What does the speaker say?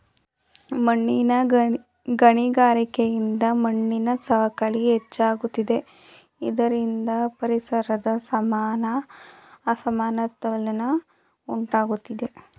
ಗಣಿಗಾರಿಕೆಯಿಂದ ಮಣ್ಣಿನ ಸವಕಳಿ ಹೆಚ್ಚಾಗುತ್ತಿದೆ ಇದರಿಂದ ಪರಿಸರದ ಸಮಾನ ಅಸಮತೋಲನ ಉಂಟಾಗುತ್ತದೆ